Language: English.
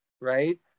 right